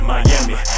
Miami